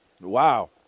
wow